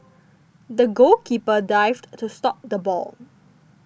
the goalkeeper dived to stop the ball